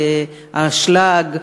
האשלג,